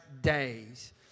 days